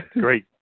Great